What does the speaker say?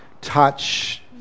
touch